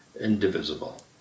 indivisible